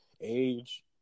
age